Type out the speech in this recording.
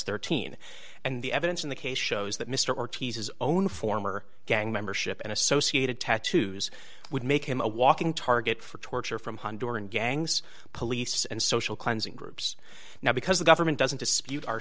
thirteen and the evidence in the case shows that mr ortiz his own former gang membership and associated tattoos would make him a walking target for torture from honduran gangs police and social cleansing groups now because the government doesn't dispute are